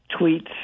tweets